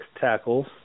tackles